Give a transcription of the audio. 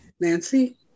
Nancy